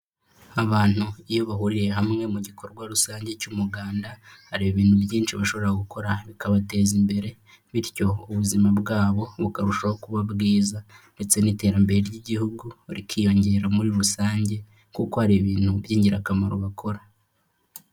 Abantu iyo bahuriye hamwe mu gikorwa rusange cy'umuganda hari ibintu byinshi bashobora gukora bikabateza imbere, bityo ubuzima bwabo bukarushaho kuba bwiza. Ndetse n'iterambere ry'igihugu rikiyongera muri rusange, kuko hari ibintu by'ingirakamaro bakora.